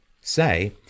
say